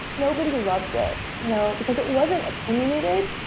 nobody loved it, you know because it wasn't opinionated.